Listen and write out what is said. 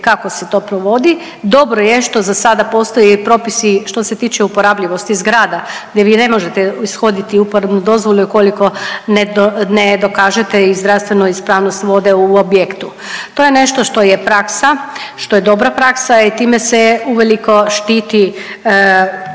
kako se to provodi. Dobro je što za sada postoje propisi što se tiče uporabljivosti zgrada gdje vi ne možete ishoditi uporabnu dozvolu i ukoliko ne dokažete i zdravstvenu ispravnost vode u objektu. To je nešto što je praksa, što je dobra praksa, a i time se uveliko štiti